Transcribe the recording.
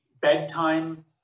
bedtime